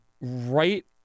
right